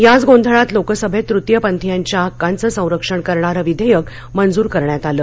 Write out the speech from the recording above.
याच गोंधळात लोकसभेत तृतीय पंथीयांच्या हक्कांचं संरक्षण करणारं विधेयक मंजूर करण्यात आलं